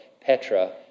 Petra